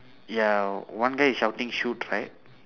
ya one guy is shouting shoot right